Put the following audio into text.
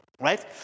right